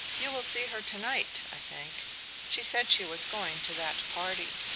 you will see her to-night, i think she said she was going to that party.